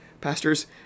Pastors